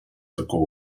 такого